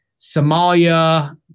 Somalia